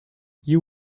you